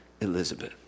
Elizabeth